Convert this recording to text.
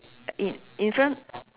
in in front